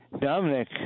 Dominic